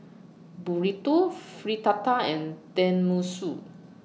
Burrito Fritada and Tenmusu